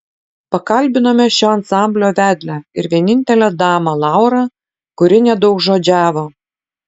pakalbinome šio ansamblio vedlę ir vienintelę damą laurą kuri nedaugžodžiavo